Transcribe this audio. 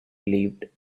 relieved